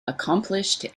accomplished